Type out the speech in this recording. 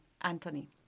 Anthony